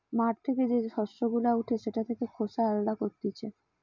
মাঠ থেকে যে শস্য গুলা উঠে সেটা থেকে খোসা আলদা করতিছে